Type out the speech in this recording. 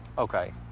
ok.